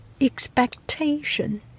expectation